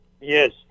yes